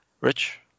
Rich